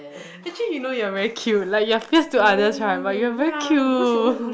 actually you know you are very cute like you are fierce to others right but you are very cute